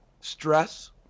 Stress